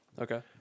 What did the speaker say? Okay